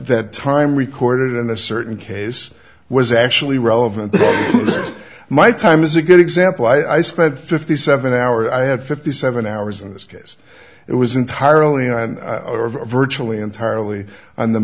that time recorded in a certain case was actually relevant to my time as a good example i spent fifty seven hours i had fifty seven hours in this case it was entirely and virtually entirely on the